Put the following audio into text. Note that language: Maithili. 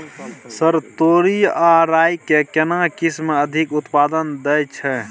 सर तोरी आ राई के केना किस्म अधिक उत्पादन दैय छैय?